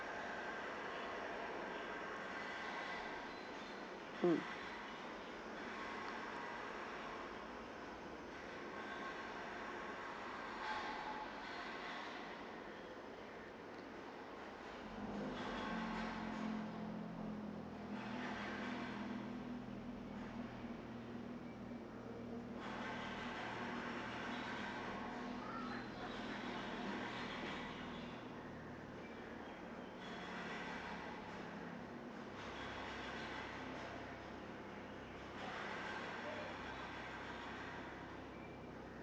mm